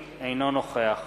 אינו נוכח